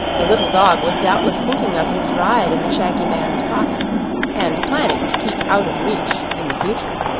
the little dog was doubtless thinking of his ride in the shaggy man's pocket and planning to keep out of reach in the future.